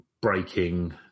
breaking